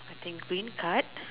I think green card